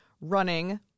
running